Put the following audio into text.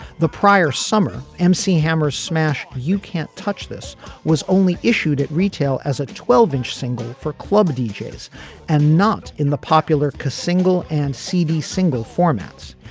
the prior summer m c. hammer smash you can't touch this was only issued at retail as a twelve inch single for club deejays and not in the popular keys single and see these single formats.